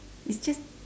it's just